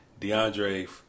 DeAndre